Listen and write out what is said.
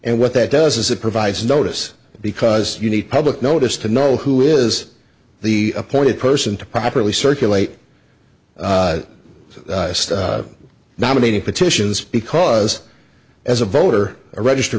and what that does is it provides notice because you need public notice to know who is the appointed person to properly circulate the nominating petitions because as a voter a registered